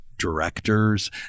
directors